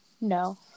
No